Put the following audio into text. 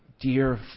dear